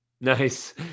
Nice